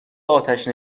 آتش